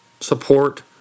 support